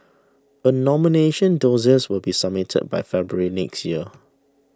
a nomination dossiers will be submitted by February next year